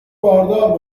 باردار